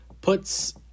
puts